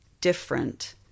different